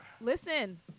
listen